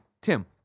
tim